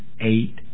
eight